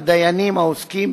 הדיינים העוסקים,